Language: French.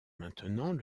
maintenant